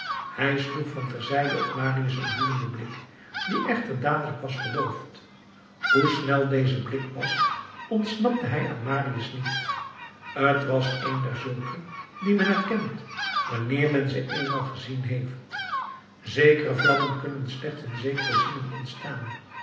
hij sloeg van ter zijde op marius een woedenden blik die echter dadelijk was verdoofd hoe snel deze blik was ontsnapte hij aan marius niet t was een derzulke die men herkent wanneer men ze eenmaal gezien heeft zekere vlammen kunnen slechts in zekere zielen ontstaan